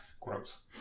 Gross